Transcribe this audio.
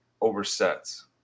oversets